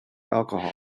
alcohol